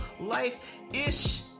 life-ish